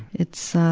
it's, ah,